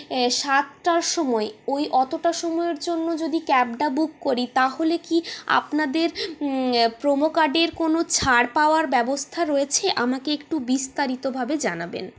সাতটার সময় ওই অতটা সময়ের জন্য যদি ক্যাবটা বুক করি তাহলে কি আপনাদের প্রোমো কার্ডের কোনও ছাড় পাওয়ার ব্যবস্থা রয়েছে আমাকে একটু বিস্তারিতভাবে জানাবেন